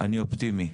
אופטימי,